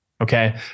Okay